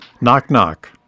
Knock-knock